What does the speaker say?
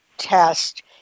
Test